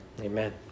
Amen